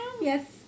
Yes